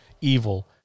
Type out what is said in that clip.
evil